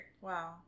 Wow